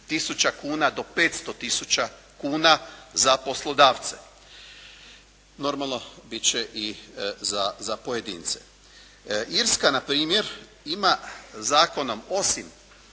do 500 tisuća kuna za poslodavce. Normalno biti će i za pojedince. Irska na primjer ima zakonom osim